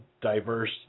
diverse